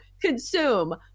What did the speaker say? consume